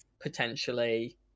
potentially